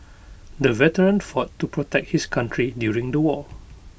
the veteran fought to protect his country during the war